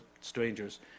strangers